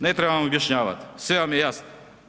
Ne trebam objašnjavat, sve vam je jasno.